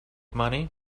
money